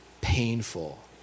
painful